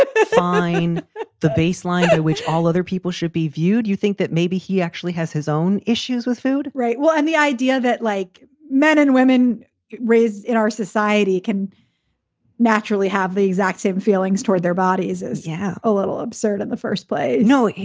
ah define the baseline in which all other people should be viewed. you think that maybe he actually has his own issues with food, right? well, and the idea that, like men and women raised in our society can naturally have the exact same feelings toward their bodies as. yeah, a little absurd in and the first place. no,